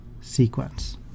sequence